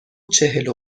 چهل